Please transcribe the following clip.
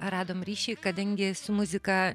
radom ryšį kadangi su muzika